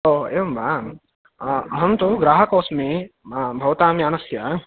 ओ एवं वा अहं तु ग्राहकोऽस्मि भवतां यानस्य